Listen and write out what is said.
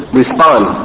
respond